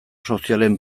sozialen